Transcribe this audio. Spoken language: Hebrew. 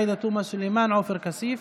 עאידה תומא סלימאן ועופר כסיף.